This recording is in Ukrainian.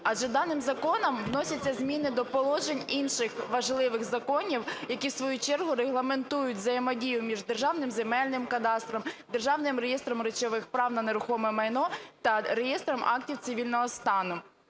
Адже даним законом вносяться зміни до положень інших важливих законів, які в свою чергу регламентують взаємодію між Державним земельним кадастром, Державним реєстром речових прав на нерухоме майно та реєстром актів цивільного стану.